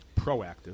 proactive